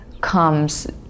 comes